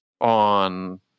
on